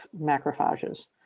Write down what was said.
macrophages